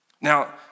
Now